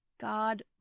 God